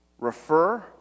refer